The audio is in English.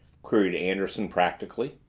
queried anderson practically.